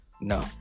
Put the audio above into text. No